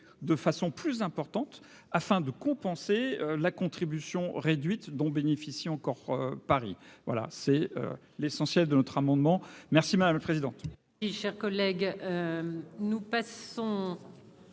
de façon plus importante afin de compenser la contribution réduite dont bénéficie encore Paris, voilà, c'est l'essentiel de notre amendement merci madame président.